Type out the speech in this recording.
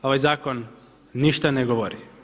Ovaj zakon ništa ne govori.